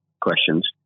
questions